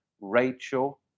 Rachel